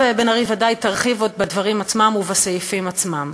חברתי מירב בן ארי ודאי תרחיב עוד בדברים עצמם ובסעיפים עצמם.